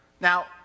Now